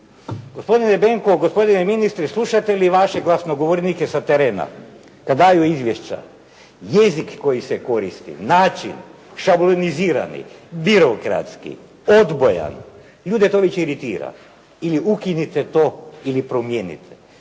Gospodine Benko, gospodine ministre slušate li vaše glasnogovornike sa terena da daju izvješća? Jezik koji se koristi, način šablonizirani. Birokratski, odbojan. Ljude to već iritira. Ili ukinite to ili promijenite.